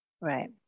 Right